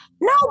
No